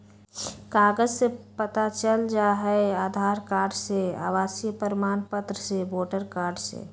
कागज से पता चल जाहई, आधार कार्ड से, आवासीय प्रमाण पत्र से, वोटर कार्ड से?